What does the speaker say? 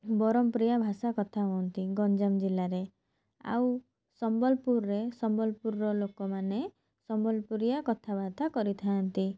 ବରହମ ପୁରିଆ ଭାଷାରେ କଥା ହୁଅନ୍ତି ଗଞ୍ଜାମ ଜିଲ୍ଲାରେ ଆଉ ସମ୍ବଲପୁରରେ ସମ୍ବଲପୁରର ଲୋକମାନେ ସମ୍ବଲପୁରିଆ କଥାବାର୍ତ୍ତା କରିଥାନ୍ତି